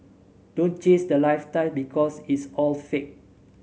don't chase the lifestyle because it's all fake